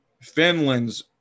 Finland's